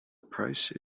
price